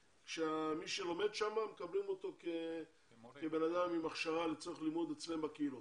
מי שלומד שם מקבלים אותו כבן אדם עם הכשרה לצורך לימוד אצלם בקהילות,